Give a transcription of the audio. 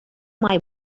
май